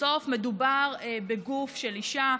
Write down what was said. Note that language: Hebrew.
בסוף מדובר בגוף של אישה,